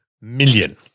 million